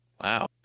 Wow